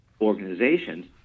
organizations